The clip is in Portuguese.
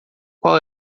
qual